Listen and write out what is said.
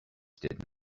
did